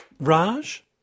Raj